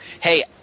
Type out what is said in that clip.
Hey